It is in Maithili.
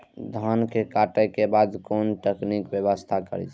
धान के काटे के बाद कोन तकनीकी व्यवस्था करी?